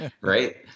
Right